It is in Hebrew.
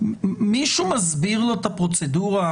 מישהו מסביר לו את הפרוצדורה?